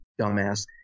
dumbass